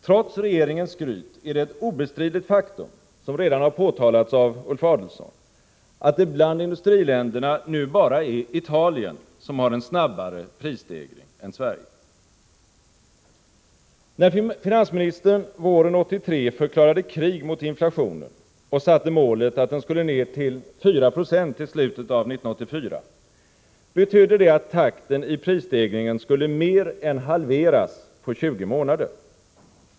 Trots regeringens skryt är det ett obestridligt faktum — vilket redan har påtalats av Ulf Adelsohn — att det bland industriländerna nu bara är Italien som har en snabbare prisstegring än Sverige. När finansministern våren 1983 förklarade krig mot inflationen och satte målet att den skulle ned till 4 2 i slutet av 1984, betydde det att takten i prisstegringen skulle mer än halveras på 20 månader.